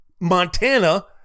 Montana